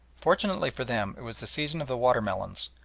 fortunately for them it was the season of the water-melons,